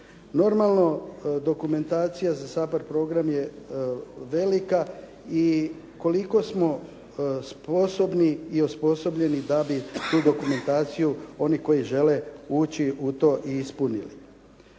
Normalno dokumentacija za SAPARD program je velika i koliko smo sposobni i osposobljeni da bi tu dokumentaciju oni koji žele ući u to i ispunili.